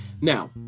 Now